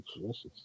delicious